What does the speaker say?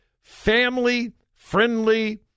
family-friendly